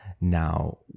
Now